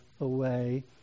away